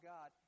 God